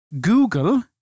Google